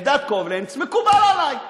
אלדד קובלנץ: מקובל עלי,